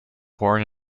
born